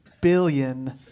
billion